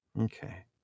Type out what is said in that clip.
Okay